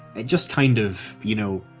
it just kind of, you know,